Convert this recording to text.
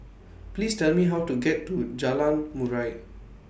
Please Tell Me How to get to Jalan Murai